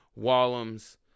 wallums